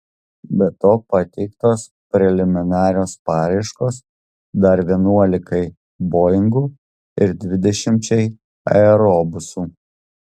be to pateiktos preliminarios paraiškos dar vienuolikai boingų ir dvidešimčiai aerobusų